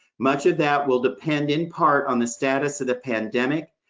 much of that will depend, in part, on the status of the pandemic,